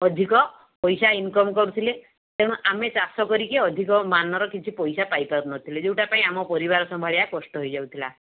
ଅଧିକ ପଇସା ଇନକମ୍ କରୁଥିଲେ ତେଣୁ ଆମେ ଚାଷ କରିକି ଅଧିକ ମାନର କିଛି ପଇସା ପାଇପାରୁ ନଥିଲେ ଯେଉଁଟା ପାଇଁ ଆମ ପରିବାର ସମ୍ଭାଳିବା କଷ୍ଟ ହେଇଯାଉଥିଲା